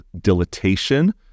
dilatation